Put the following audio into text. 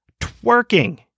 Twerking